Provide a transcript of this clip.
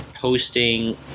posting